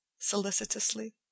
solicitously